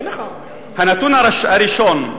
הנתון הראשון,